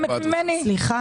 מקשיב.